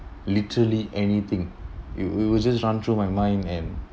literally anything it will will just run through my mind and